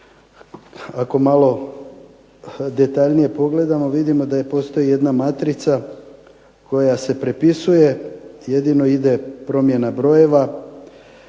ako malo detaljnije pogledamo vidimo da postoji jedna matrica koja se prepisuje, jedino ide promjena brojeva